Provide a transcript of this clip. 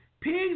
pigs